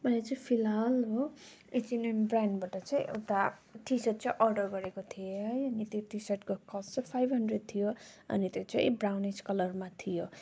मैले चाहिँ फिलहाल हो एचएनएम ब्रान्डबाट चाहिँ एउटा टिसर्ट चाहिँ अर्डर गरेको थिएँ है अनि त्यो टिसर्टको कस्ट चाहिँ फाइभ हन्ड्रेड थियो अनि त्यो चाहिँ ब्राउनिस कलरमा थियो